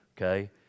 okay